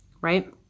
right